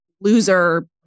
loser